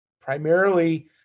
primarily